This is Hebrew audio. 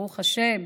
ברוך השם,